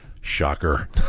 Shocker